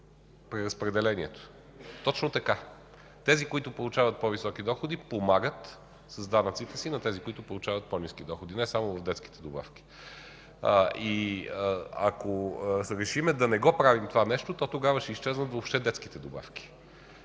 преразпределението. Точно така – тези, които получават по-високи доходи, помагат с данъците си на тези, които получават по-ниски доходи, не само в детските добавки. Ако се решим да не правим това нещо, то тогава ще изчезнат въобще детските добавки,